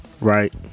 Right